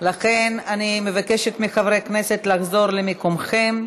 אני מבקשת מחברי הכנסת לחזור למקומכם.